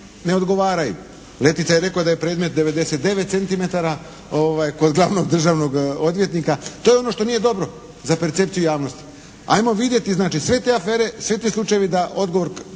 ne odgovaraju. Letica je rekao da je predmet 99 centimetara kod glavnog državnog odvjetnika. To je ono što nije dobro za percepciju javnosti. Ajmo vidjeti znači sve te afere, svi ti slučajevi da odgovor